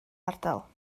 ardal